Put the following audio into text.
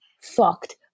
fucked